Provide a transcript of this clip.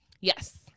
Yes